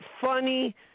funny